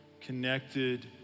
connected